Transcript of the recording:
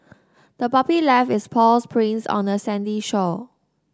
the puppy left its paws prints on the sandy shore